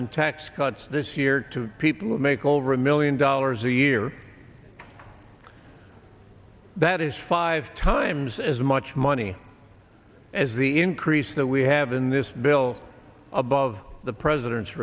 in tax cuts this year to people who make over a million dollars a year that is five times as much money as the increase that we have in this bill above the president's